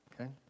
okay